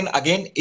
again